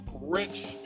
rich